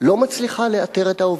לא מצליחה לאתר את העובדת,